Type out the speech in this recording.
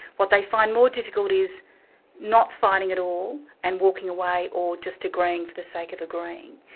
what they find more difficult is not fighting at all, and walking away or just agreeing for the sake of agreeing.